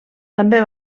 també